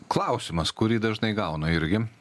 klausimas kurį dažnai gaunu irgi